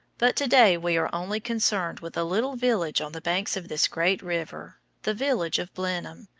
but to-day we are only concerned with a little village on the banks of this great river the village of blenheim,